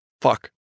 Fuck